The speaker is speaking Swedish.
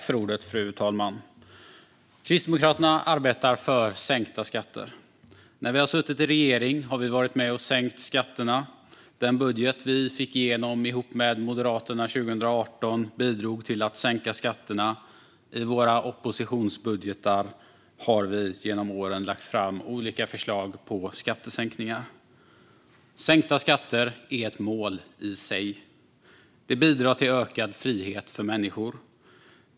Fru talman! Kristdemokraterna arbetar för sänkta skatter. När vi har suttit i regering har vi varit med och sänkt skatterna. Den budget vi fick igenom ihop med Moderaterna 2018 bidrog till att sänka skatterna, och i våra oppositionsbudgetar har vi genom åren lagt fram olika förslag på skattesänkningar. Sänkta skatter är ett mål i sig. Det bidrar till ökad frihet för människor.